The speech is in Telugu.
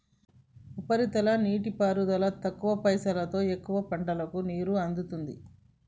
ఉపరితల నీటిపారుదల తక్కువ పైసలోతో ఎక్కువ పంటలకు నీరు అందుతుంది